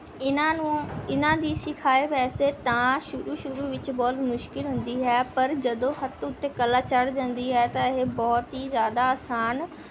ਇਨ੍ਹਾਂ ਨੂੰ ਇਨ੍ਹਾਂ ਦੀ ਸਿਖਾਏ ਵੈਸੇ ਤਾਂ ਸ਼ੁਰੂ ਸ਼ੁਰੂ ਵਿੱਚ ਬਹੁਤ ਮੁਸ਼ਕਿਲ ਹੁੰਦੀ ਹੈ ਪਰ ਜਦੋਂ ਹੱਥ ਉੱਤੇ ਕਲਾ ਚੜ੍ਹ ਜਾਂਦੀ ਹੈ ਤਾਂ ਇਹ ਬਹੁਤ ਹੀ ਜ਼ਿਆਦਾ ਆਸਾਨ